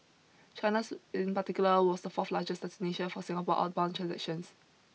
China's in particular was the fourth largest destination for Singapore outbound transactions